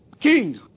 King